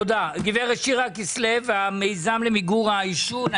גברת שירה כסלו, המיזם למיגור העישון.